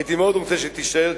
הייתי מאוד רוצה שתישאר,